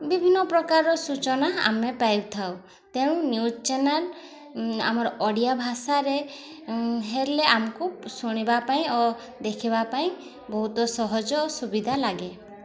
ବିଭିନ୍ନ ପ୍ରକାରର ସୂଚନା ଆମେ ପାଇଥାଉ ତେଣୁ ନ୍ୟୁଜ୍ ଚ୍ୟାନେଲ୍ ଆମର ଓଡ଼ିଆ ଭାଷାରେ ହେଲେ ଆମକୁ ଶୁଣିବା ପାଇଁ ଓ ଦେଖିବା ପାଇଁ ବହୁତ ସହଜ ଓ ସୁବିଧା ଲାଗେ